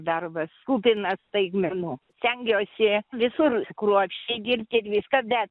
darbas kupinas staigmenų stengiuosi visur kruopščiai dirbti viską bet